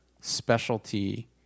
specialty